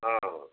ହଁ